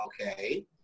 Okay